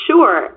Sure